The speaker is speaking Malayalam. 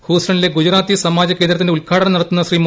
ഹൂസ്റ്റണിലെ ഗുജറാത്തി സമാജകേന്ദ്രത്തിന്റെ ഉദ്ഘാടനം നടത്തുന്ന ിശ്ശൂരീ